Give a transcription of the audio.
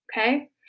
okay